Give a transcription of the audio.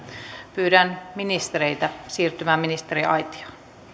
pyydän ministereitä siirtymään ministeriaitioon